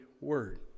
word